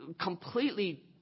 completely